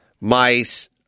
mice